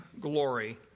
glory